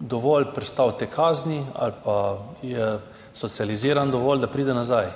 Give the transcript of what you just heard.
dovolj te kazni ali pa je dovolj socializiran, da pride nazaj.